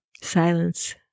silence